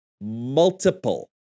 multiple